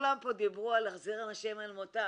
שכולם פה דיברו על להחזיר אנשים אל מותם,